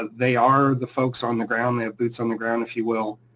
they are the folks on the ground. they have boots on the ground, if you will,